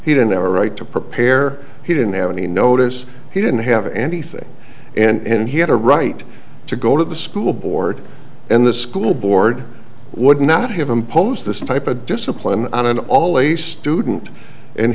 he didn't have a right to prepare he didn't have any notice he didn't have anything and he had a right to go to the school board and the school board would not have imposed this type of discipline on an all a student and